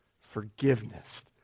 forgiveness